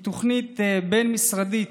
היא תוכנית בין-משרדית